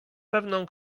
pewną